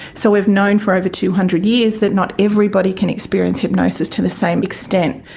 so we've known for over two hundred years that not everybody can experience hypnosis to the same extent.